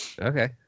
Okay